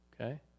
okay